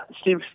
Steve